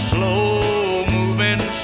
slow-moving